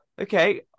okay